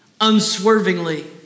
unswervingly